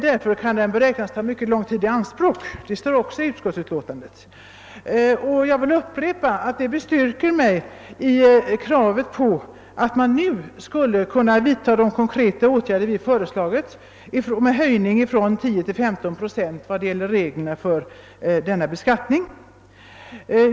Den kan därför beräknas ta lång tid i anspråk.» Jag vill upprepa att detta styrker mig i kravet på att man nu skulle vidta de konkreta åtgärder vi har föreslagit i form av en höjning från 10 till 15 procent av denna beskattning.